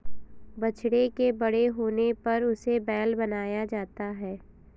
बछड़े के बड़े होने पर उसे बैल बनाया जाता है